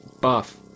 buff